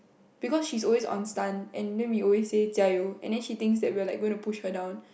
because she is always on stunned and then we always says 加油: jia you and then she thinks that we're going to push her down